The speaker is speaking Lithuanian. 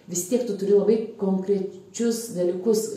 vis tiek tu turi labai konkrečius dalykus